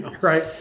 Right